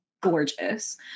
gorgeous